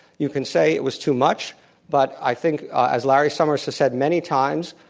you can say it was too much but i think as larry summers has said many times,